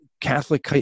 Catholic